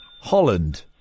Holland